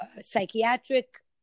psychiatric